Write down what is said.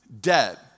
dead